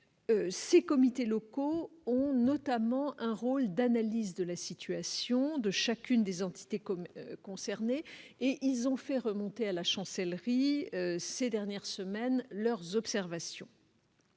Ces comités ont notamment un rôle d'analyse de la situation de chacune des entités concernées et ont fait remonter à la Chancellerie, ces dernières semaines, leurs observations.